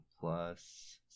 plus